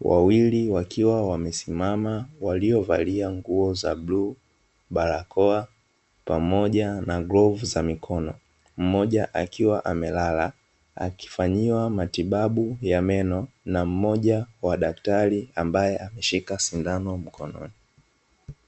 wawili wakiwa wamesimama waliovalia nguo za bluu, barakoa pamoja na glovu za mikono, mmoja akiwa amelala akifanyiwa matibabu ya meno na mmoja wa daktari ambaye ameshika sindano mkononi.